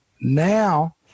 now